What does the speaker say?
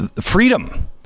freedom